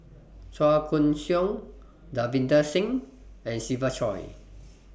Chua Koon Siong Davinder Singh and Siva Choy